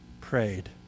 prayed